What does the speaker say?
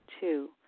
Two